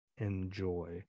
enjoy